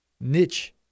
niche